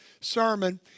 sermon